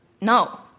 No